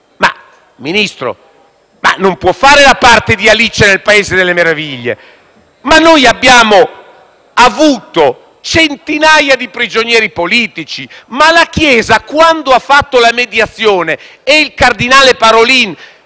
Ministro, ma lei non può fare la parte di Alice nel paese delle meraviglie. Noi abbiamo avuto centinaia di prigionieri politici, ma quando la Chiesa ha tentato la mediazione (e il cardinale Parolin